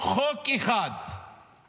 חוק אחד או